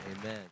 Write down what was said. Amen